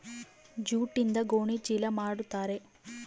ಜೂಟ್ಯಿಂದ ಗೋಣಿ ಚೀಲ ಮಾಡುತಾರೆ